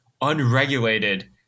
unregulated